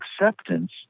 acceptance